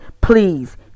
please